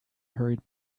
hurried